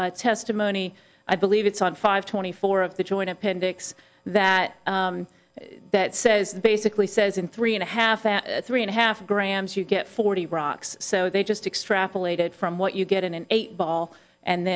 is testimony i believe it's on five twenty four of the joint appendix that that says basically says in three and a half that three and a half grams you get forty rocks so they just extrapolated from what you get in an eight ball and